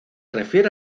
refiere